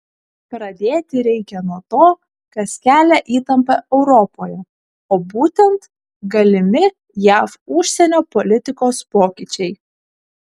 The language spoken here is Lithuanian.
pradėti reikia nuo to kas kelia įtampą europoje o būtent galimi jav užsienio politikos pokyčiai